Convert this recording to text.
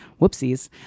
Whoopsies